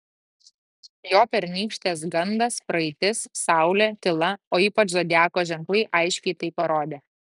jo pernykštės gandas praeitis saulė tyla o ypač zodiako ženklai aiškiai tai parodė